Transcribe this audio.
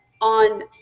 on